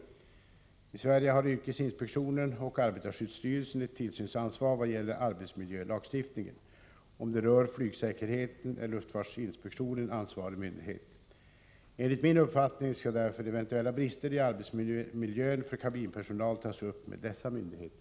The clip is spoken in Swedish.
I Sverige har yrkesinspektionen och arbetarskyddsstyrelsen ett tillsynsansvar vad gäller arbetsmiljölagstiftningen. Om det rör flygsäkerheten är luftfartsinspektionen ansvarig myndighet. Enligt min uppfattning skall därför eventuella briser i arbetsmiljön för kabinpersonal tas upp med dessa myndigheter.